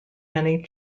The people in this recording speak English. many